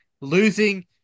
Losing